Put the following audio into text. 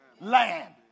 land